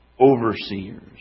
overseers